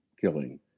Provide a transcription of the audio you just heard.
killing